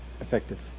effective